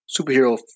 superhero